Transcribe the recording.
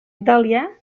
itàlia